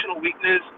weakness